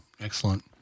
Excellent